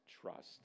trust